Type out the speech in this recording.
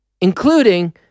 including